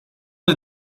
des